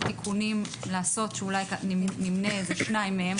תיקונים לעשות שאולי נמנה שניים מהם,